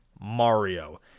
Mario